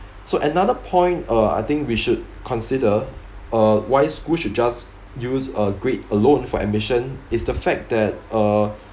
so another point uh I think we should consider uh why schools should just use a grade alone for admission is the fact that uh